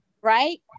right